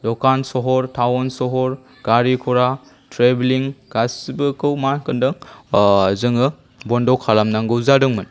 दखान सहर टाउन सहर गारि घरा ट्रेभेलिं गासैबोखौ मा होनदों जोङो बन्द' खालामनांगौ जादोंमोन